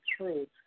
truth